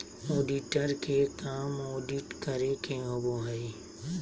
auditor के काम audit करे के होबो हइ